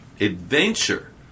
adventure